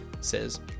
says